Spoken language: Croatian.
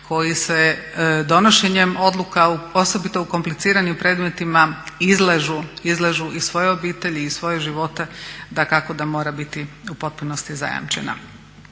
koji se donošenjem odluka osobito u kompliciranim predmetima izlažu, izlažu i svoje obitelji i svoje živote dakako da mora biti u potpunosti zajamčena.